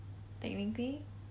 technically